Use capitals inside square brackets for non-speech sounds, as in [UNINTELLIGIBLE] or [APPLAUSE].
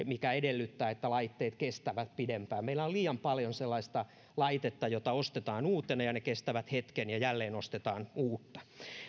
[UNINTELLIGIBLE] mikä edellyttää että laitteet kestävät pidempään meillä on liian paljon sellaista laitetta jota ostetaan uutena ja ne kestävät hetken ja jälleen ostetaan uutta